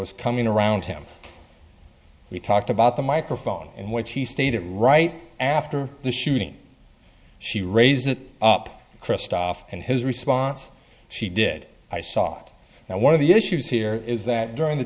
was coming around him we talked about the microphone in which he stayed at right after the shooting she raise it up christophe and his response she did i saw it and one of the issues here is that during the